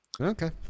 Okay